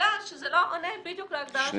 בגלל שזה לא עונה בדיוק להגדרה שפה.